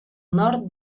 nord